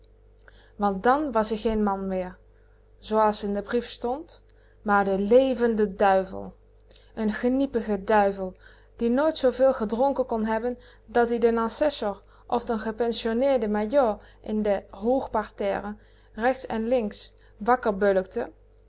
want dan was-ie geen man meer zooas in den brief stond maar de levende duivel n geniepige duivel die nooit zooveel gedronken kon hebben dat-ie den assessor of den gepensionneerden majoor in de hochparterre rechts en links